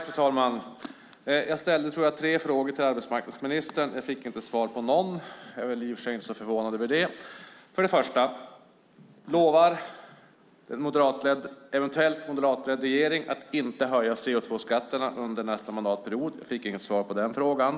Fru talman! Jag ställde, tror jag, tre frågor till arbetsmarknadsministern. Jag fick inte svar på någon. Jag är i och för sig inte så förvånad över det. Den första frågan var: Lovar en eventuellt moderatledd regering att inte höja CO2-skatterna under nästa mandatperiod? Jag fick inget svar på den frågan.